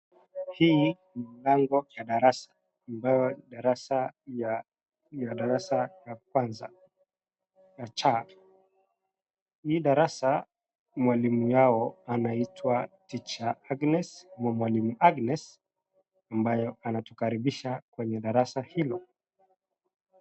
Hii ni mlango ya darasa ambayo ni darasa ya darasa kwanza ya C. Hii darasa, mwalimu yao anaitwa Tr. Agnes. Na mwalimu Agnes ambayo anatukaribisha kwenye darasa hilo.